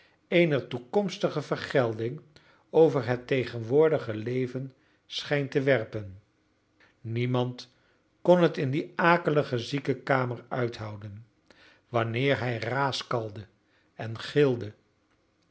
eener toekomstige vergelding over het tegenwoordige leven schijnt te werpen niemand kon het in die akelige ziekenkamer uithouden wanneer hij raaskalde en gilde